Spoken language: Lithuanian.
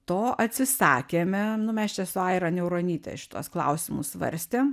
to atsisakėme nu mes čia su aira niauronyte šituos klausimus svarstėm